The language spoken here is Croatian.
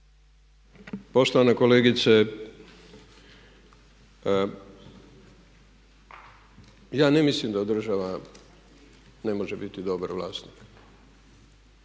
Poštovana kolegice, ja ne mislim da država ne može biti dobar vlasnik